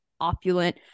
opulent